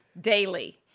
Daily